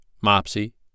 Mopsy